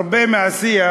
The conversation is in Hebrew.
הרבה מהשיח,